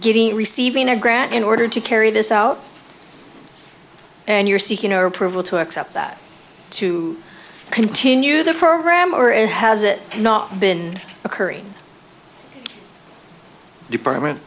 giving receiving a grant in order to carry this out and you're seeking your approval to accept that to continue the program or it has it not been occurring department